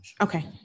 Okay